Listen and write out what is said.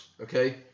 okay